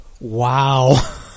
Wow